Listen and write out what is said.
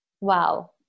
Wow